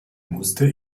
musste